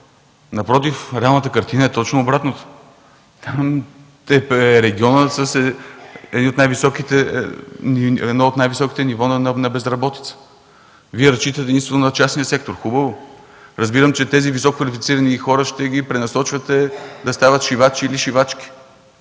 Напротив, реалната картина е точно обратната. Регионът е с едно от най-високите нива на безработица. Вие разчитате единствено на частния сектор. Хубаво. Разбирам, че тези висококвалифицирани хора ще ги пренасочвате да стават шивачи или шивачки.